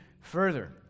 further